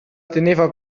teneva